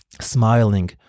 smiling